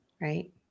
right